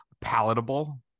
palatable